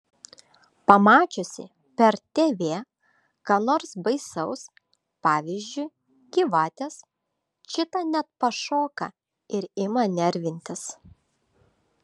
pamačiusi per tv ką nors baisaus pavyzdžiui gyvates čita net pašoka ir ima nervintis